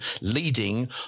leading